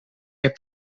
heb